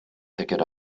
ticket